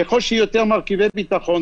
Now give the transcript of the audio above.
ככל שיהיו יותר מרכיבי ביטחון,